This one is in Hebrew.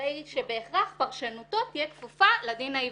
הרי שבהכרח פרשנותו תהיה כפופה לדין העברי",